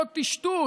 אותו טשטוש,